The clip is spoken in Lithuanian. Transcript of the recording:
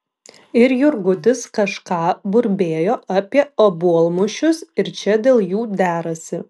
ir jurgutis kažką burbėjo apie obuolmušius ir čia dėl jų derasi